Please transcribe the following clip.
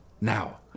now